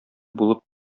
булып